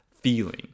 feeling